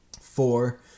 Four